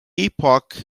epoch